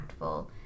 impactful